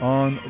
on